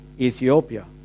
Ethiopia